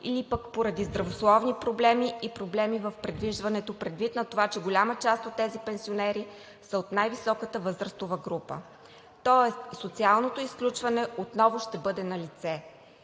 или поради здравословни проблеми и проблеми в придвижването – предвид на това, че голяма част от тези пенсионери са от най-високата възрастова група, тоест социалното изключване отново ще бъде налице.